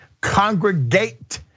congregate